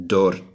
Door